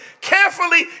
carefully